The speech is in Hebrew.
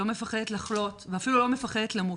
לא מפחדת לחלות ואפילו לא מפחדת למות.